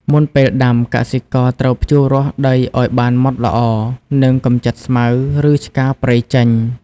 មុនពេលដាំ កសិករត្រូវភ្ជួររាស់ដីឱ្យបានម៉ត់ល្អ និងកម្ចាត់ស្មៅ ឬឆ្កាព្រៃចេញ។